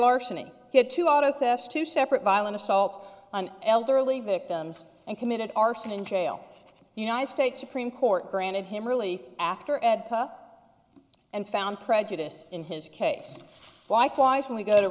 larceny hit to auto theft two separate violent assaults on elderly victims and committed arson in jail you know a state supreme court granted him really after ed and found prejudice in his case likewise when we go to